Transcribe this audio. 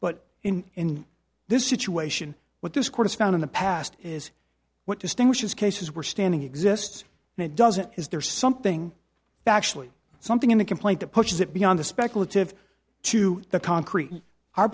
but in this situation what this court has found in the past is what distinguishes cases we're standing exists and it doesn't is there something actually something in the complaint that pushes it beyond the speculative to the concrete our